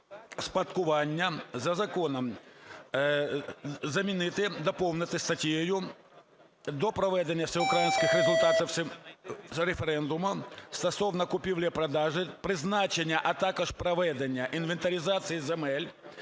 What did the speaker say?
спадкування за законом". Замінити, доповнити статтею: "До проведення всеукраїнських результатів… референдуму стосовно купівлі-продажу, призначення, а також проведення інвентаризації земель,